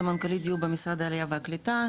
סמנכ"לית דיור במשרד העלייה והקליטה,